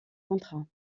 contrat